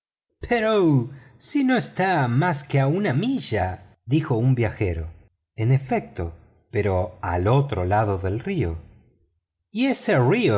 si no está más que a una milla dijo un viajero en efecto pero al otro lado del río y ese